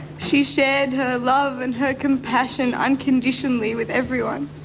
she shared her love and her compassion unconditionally with everyone.